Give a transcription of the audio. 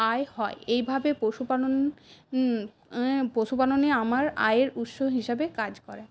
আয় হয় এইভাবে পশুপালন পশুপালনে আমার আয়ের উৎস হিসাবে কাজ করে